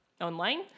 Online